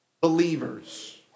believers